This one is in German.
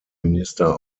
minister